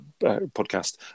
podcast